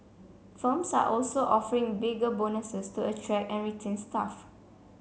firms are also offering bigger bonuses to attract and retain staff